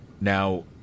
Now